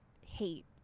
hate